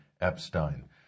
Epstein